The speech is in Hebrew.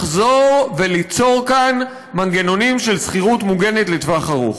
לחזור וליצור כאן מנגנונים של שכירות מוגנת לטווח ארוך.